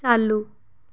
चालू